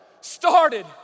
started